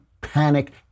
panic